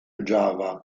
java